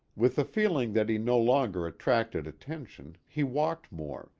with the feeling that he no longer attracted attention, he walked more,